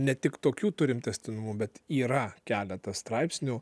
ne tik tokių turime tęstinumu bet yra keletas straipsnių